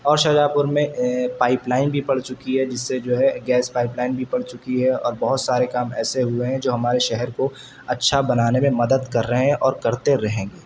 اور Shahjahanpur میں pipeline بھی پڑ چکی ہے جس سے جو ہے گیس پائپ لائن بھی پڑ چکی ہے اور بہت سارے کام ایسے ہوئے ہیں جو ہمارے شہر کو اچھا بنانے میں مدد کر رہے ہیں اور کرتے رہیں گے